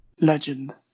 Legend